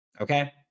Okay